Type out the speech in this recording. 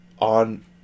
on